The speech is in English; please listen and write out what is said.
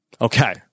Okay